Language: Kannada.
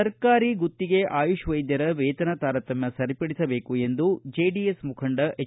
ಸರ್ಕಾರಿ ಗುತ್ತಿಗೆ ಆಯುಷ್ ವೈದ್ಯರ ವೇತನ ತಾರತಮ್ಮ ಸರಿಪಡಿಸಬೇಕು ಎಂದು ಜೆಡಿಎಸ್ ಮುಖಂಡ ಎಚ್